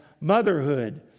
motherhood